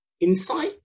insight